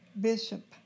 bishop